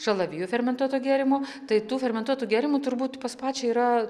šalavijų fermentuoto gėrimo tai tų fermentuotų gėrimų turbūt pas pačią yra